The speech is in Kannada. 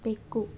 ಬೆಕ್ಕು